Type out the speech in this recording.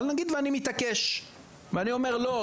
אבל נגיד שאני מתעקש ואני אומר: לא,